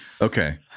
Okay